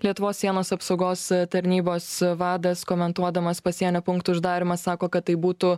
lietuvos sienos apsaugos tarnybos vadas komentuodamas pasienio punktų uždarymą sako kad tai būtų